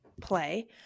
play